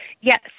Yes